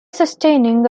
sustaining